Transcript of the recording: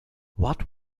what